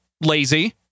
lazy